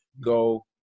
go